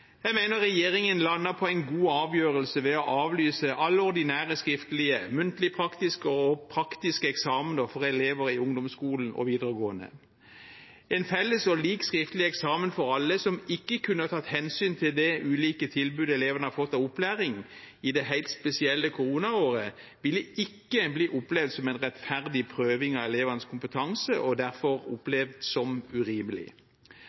Jeg mener regjeringen lander på en god avgjørelse ved å avlyse alle ordinære skriftlige, muntlig-praktiske og praktiske eksamener for elever i ungdomsskolen og videregående. En felles og lik skriftlig eksamen for alle, som ikke kunne tatt hensyn til det ulike tilbudet elevene har fått av opplæring i det helt spesielle koronaåret, ville ikke blitt opplevd som en rettferdig prøving av elevenes kompetanse og derfor opplevd som urimelig.